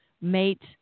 mate